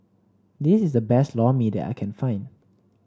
this is the best Lor Mee that I can find